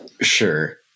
Sure